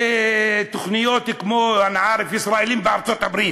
זה תוכניות כמו, אנא עארף, ישראלים בארצות-הברית,